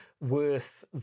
worth